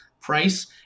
price